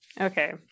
Okay